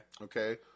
Okay